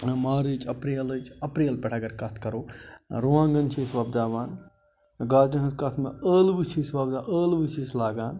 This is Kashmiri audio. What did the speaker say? مارٕچ اپریلٕچ اپریل پٮ۪ٹھ اگر کَتھ کَرو رُوانٛگن چھِ أسۍ وۄبَداوان گازرٮ۪ن ہٕنٛز کَتھ مَہ ألوٕ چھِ أسۍ وۄبداوان ألوٕ چھِ أسۍ لاگان